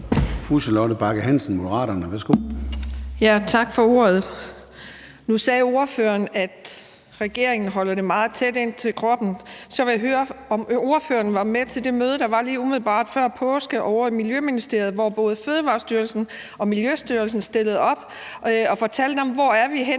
Charlotte Bagge Hansen (M): Tak for ordet. Nu sagde ordføreren, at regeringen holder det meget tæt ind til kroppen. Så vil jeg høre, om ordføreren var med til det møde, der fandt sted lige umiddelbart før påske ovre i Miljøministeriet, hvor både Fødevarestyrelsen og Miljøstyrelsen stillede op og fortalte om, hvor vi er